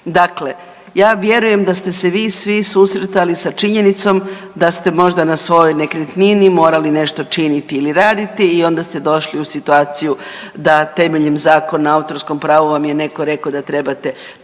Dakle, ja vjerujem da ste se vi svi susretali sa činjenicom da ste možda na svojoj nekretnini morali nešto činiti ili raditi i onda ste došli u situaciju da temeljem Zakona o autorskom pravu vam je netko rekao da trebate